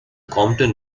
compton